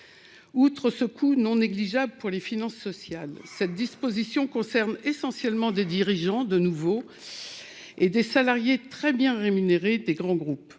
Outre ce coût non négligeable pour les finances sociales, cette disposition concerne essentiellement des dirigeants et des salariés très bien payés de grands groupes.